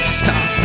stop